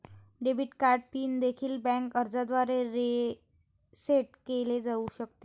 debit card PIN देखील bank अर्जाद्वारे reset केले जाऊ शकते